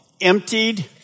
Emptied